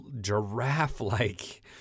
giraffe-like